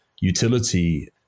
utility